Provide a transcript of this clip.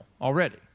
already